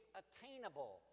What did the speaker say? attainable